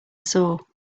saw